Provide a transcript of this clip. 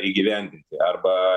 įgyvendinti arba